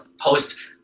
post